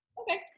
Okay